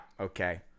okay